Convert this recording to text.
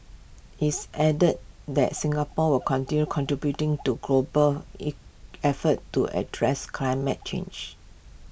it's added that Singapore will continue contributing to global effort to address climate change